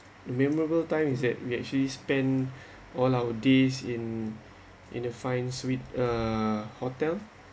memorable time is that we actually spend all our days in in a fine suite uh hotel